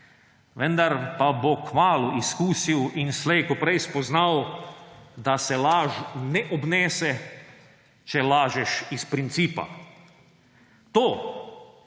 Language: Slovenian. vendar pa bo kmalu izkusil in slej kot prej spoznal, da se laž ne obnese, če lažeš iz principa. To